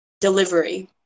delivery